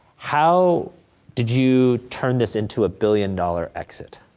how did you turn this into a billion dollar exit?